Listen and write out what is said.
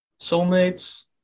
soulmates